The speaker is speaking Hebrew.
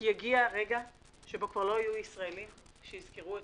כי יגיע הרגע שבו כבר לא יהיו ישראלים שיזכרו את